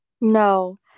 No